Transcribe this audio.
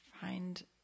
find